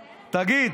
תגיד,